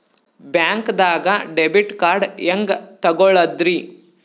ಬ್ಯಾಂಕ್ದಾಗ debit card ಹೆಂಗ್ ತಗೊಳದ್ರಿ?